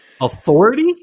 authority